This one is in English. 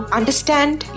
understand